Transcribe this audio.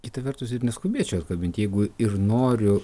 kita vertus ir neskubėčiau atkabint jeigu ir noriu